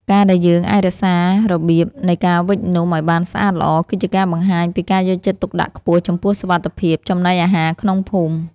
ការដែលយើងអាចរក្សារបៀបនៃការវេចនំឱ្យបានស្អាតល្អគឺជាការបង្ហាញពីការយកចិត្តទុកដាក់ខ្ពស់ចំពោះសុវត្ថិភាពចំណីអាហារក្នុងភូមិ។